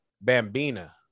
Bambina